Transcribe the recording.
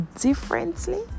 differently